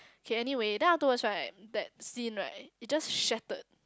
okay anyway then afterwards right that scene right it just shattered